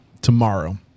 tomorrow